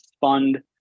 fund